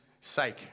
sake